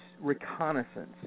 reconnaissance